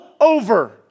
over